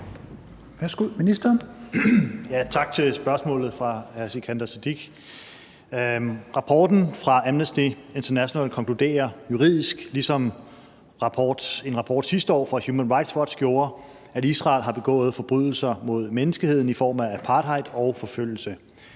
hr. Sikandar Siddique for spørgsmålet. Rapporten fra Amnesty International konkluderer juridisk ligesom en rapport sidste år fra Human Rights Watch gjorde, at Israel har begået forbrydelser mod menneskeheden i form af apartheid og forfølgelse.